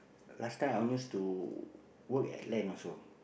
last time I own used to work at land also